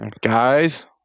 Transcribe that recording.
Guys